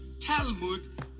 talmud